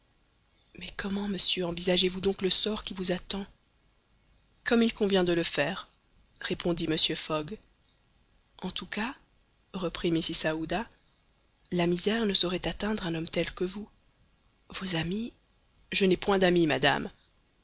mais comment monsieur envisagez vous donc le sort qui vous attend comme il convient de le faire répondit mr fogg en tout cas reprit mrs aouda la misère ne saurait atteindre un homme tel que vous vos amis je n'ai point d'amis madame